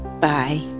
Bye